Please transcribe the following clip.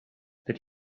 that